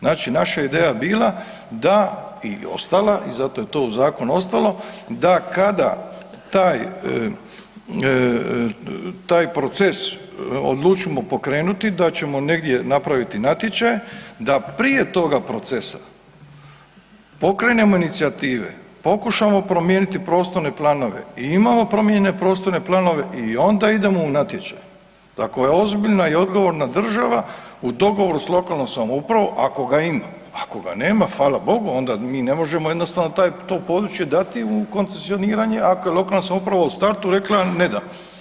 Znači ideja je bila i ostala i zato je to u zakonu ostalo, da kada taj proces odlučimo pokrenuti da ćemo negdje napraviti natječaj, da prije toga procesa pokrenemo inicijative, pokušamo promijeniti prostorne planove i imamo promijenjene prostorne planove i onda idemo u natječaj, da kao ozbiljna i odgovorna država u dogovoru sa lokalnom samoupravom ako ga ima, ako ga nema hvala Bogu onda mi ne možemo jednostavno to područje dati u koncesioniranje ako je lokalna samouprava u startu rekla ne dam.